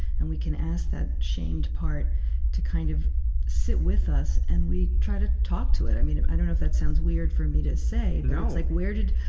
and we can ask that shamed part to kind of sit with us and we try to talk to it. i mean, i dunno if that sounds weird for me to say, but it's like where did,